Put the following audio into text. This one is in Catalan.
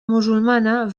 musulmana